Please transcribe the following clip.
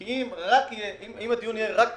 כי אם הדיון יהיה רק תקציבי,